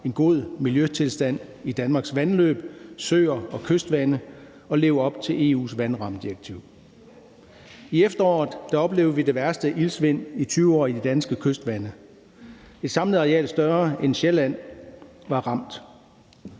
en god miljøtilstand i Danmarks og for at leve op til EU's vandrammedirektiv. I efteråret oplevede vi det værste iltsvind i 20 år i de danske kystvande. Et samlet areal større end Sjælland var ramt.